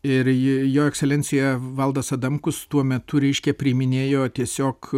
ir ji jo ekscelencija valdas adamkus tuo metu reiškia priiminėjo tiesiog